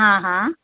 हां हां